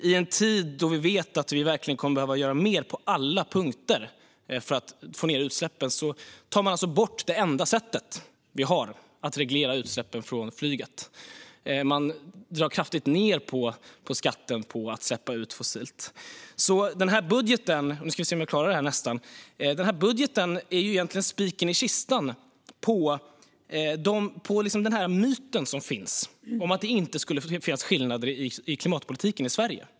I en tid då vi vet att vi kommer att behöva göra mer på alla punkter för att få ned utsläppen tar man bort det enda sätt vi har att reglera utsläppen från flyget. Man drar kraftigt ned på skatten på att släppa ut fossilt. Budgeten är spiken i kistan på den myt som finns om att det inte skulle finnas skillnader i klimatpolitiken i Sverige.